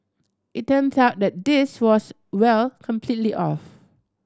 it turns out that this was well completely off